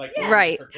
Right